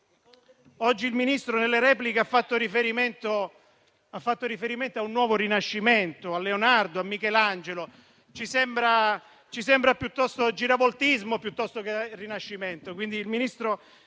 Oggi il Ministro, nella replica, ha fatto riferimento a un nuovo Rinascimento, a Leonardo, a Michelangelo; tuttavia, piuttosto che Rinascimento,